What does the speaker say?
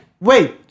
wait